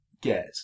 get